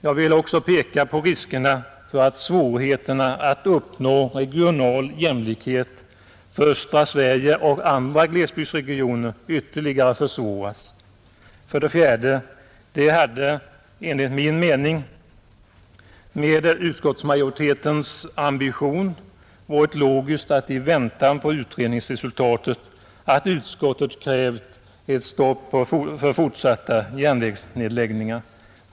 Jag vill också peka på riskerna för att förutsättningarna att uppnå regional jämlikhet — för östra Sverige och andra glesbygdsregioner — ytterligare försvåras. 4, Det hade — enligt min mening — med utskottsmajoritetens ambition varit logiskt att utskottet i väntan på utredningsresultaten krävt ett stopp för fortsatta järnvägsnedläggningar.